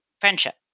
friendship